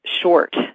short